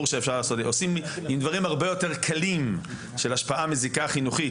עושים עם דברים הרבה יותר קלים של השפעה מזיקה חינוכית,